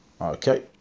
Okay